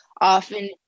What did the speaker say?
often